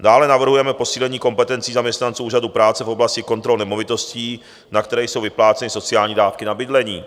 Dále navrhujeme posílení kompetencí zaměstnanců úřadů práce v oblasti kontrol nemovitostí, na které jsou vypláceny sociální dávky na bydlení.